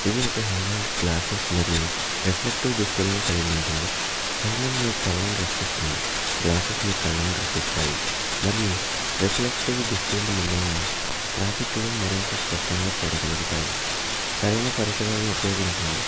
ఇది ఒక helmet glasses మరియు రిఫ్లెక్టీవ్ దుస్తులను కలిగి ఉంటుంది హెల్మెట్ మీ తలను రక్షిస్తుంది గ్లాసెస్ మీ కళ్ళను రక్షిస్తాయి మరియు రిఫ్లెక్టీవ్ దుస్తులు మిమల్ని ట్రాఫిక్లో మిమల్ని మరింత స్పష్టంగా చూడగలుగుతాయి సరైన పరికరాలను ఉపయోగించండి